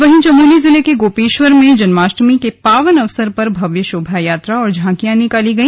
वहीं चमोली जिले के गोपेश्वर में जन्माष्टमी के पावन अवसर पर भव्य शोभा यात्रा और झांकियां निकाली गई